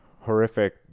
horrific